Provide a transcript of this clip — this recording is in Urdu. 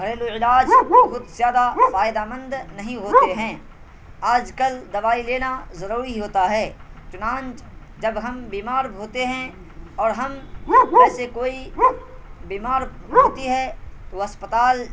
گھریلو علاج بہت زیادہ فائدہ مند نہیں ہوتے ہیں آج کل دوائی لینا ضروری ہوتا ہے چنانچہ جب ہم بیمار ہوتے ہیں اور ہم میں سے کوئی بیمار ہوتی ہے تو اسپتال